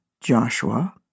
Joshua